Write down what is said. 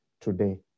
today